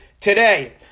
today